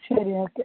ശരി ഓക്കെ